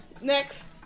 next